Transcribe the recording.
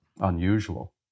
unusual